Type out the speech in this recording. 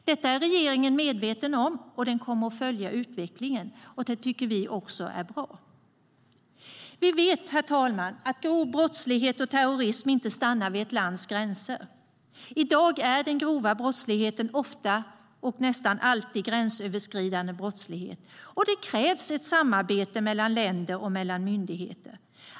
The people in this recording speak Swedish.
Detta är regeringen medveten om, och den kommer att följa utvecklingen. Det tycker vi är bra. Vi vet, herr talman, att grov brottslighet och terrorism inte stannar vid ett lands gränser. I dag är den grova brottsligheten ofta, och nästan alltid, gränsöverskridande. Det krävs ett samarbete mellan länder och myndigheter.